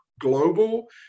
Global